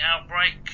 outbreak